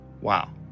Wow